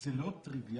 זה לא טריוויאלי.